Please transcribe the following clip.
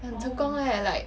很成功 leh like